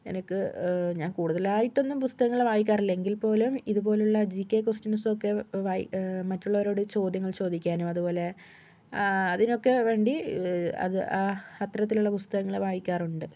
എനക്ക് ഞാൻ കൂടുതലായിട്ടൊന്നു പുസ്തകങ്ങൾ വായിക്കാറില്ല എങ്കിൽ പോലും ഇതുപോലുള്ള ജികെ ക്വസ്റ്റ്യൻസ് ഒക്കെ വായി മറ്റുള്ളവരോട് ചോദ്യങ്ങൾ ചോദിക്കാനും അതുപോലെ ആ അതിനൊക്കെ വേണ്ടി അത്തരത്തിലുള്ള പുസ്തകങ്ങള് വായിക്കാറുണ്ട്